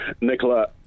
Nicola